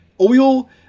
Oil